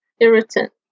irritant